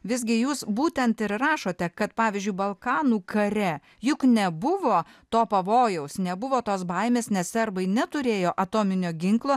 visgi jūs būtent ir rašote kad pavyzdžiui balkanų kare juk nebuvo to pavojaus nebuvo tos baimės nes serbai neturėjo atominio ginklo